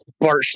Bart